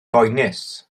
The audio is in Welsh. boenus